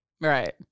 right